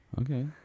Okay